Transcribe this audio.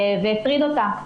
והטריד אותה.